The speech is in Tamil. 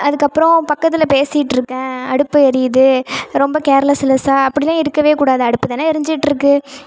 அதுக்கப்புறம் பக்கத்தில் பேசிட்ருக்கேன் அடுப்பு எரியுது ரொம்ப கேர்லஸ்லஸ்ஸாக அப்படில்லாம் இருக்கவேக்கூடாது அடுப்பு தான் எரிஞ்சிட்டுருக்கு